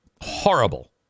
Horrible